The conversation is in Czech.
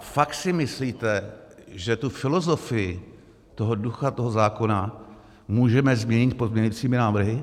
Fakt si myslíte, že tu filozofii, ducha toho zákona můžeme změnit pozměňujícími návrhy?